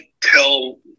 tell